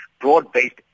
broad-based